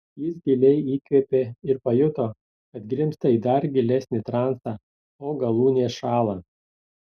jis giliai įkvėpė ir pajuto kad grimzta į dar gilesnį transą o galūnės šąla